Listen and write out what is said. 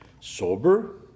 Sober